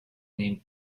name